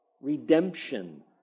redemption